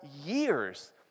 years